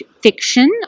fiction